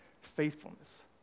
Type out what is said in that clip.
faithfulness